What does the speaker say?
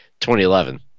2011